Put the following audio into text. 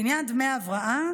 בעניין דמי הבראה,